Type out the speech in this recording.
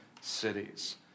cities